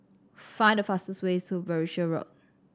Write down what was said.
find the fastest way to Berkshire Road